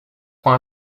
prend